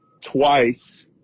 twice